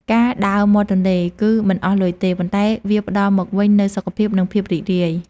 ការដើរមាត់ទន្លេគឺមិនអស់លុយទេ ប៉ុន្តែវាផ្ដល់មកវិញនូវសុខភាព និងភាពរីករាយ។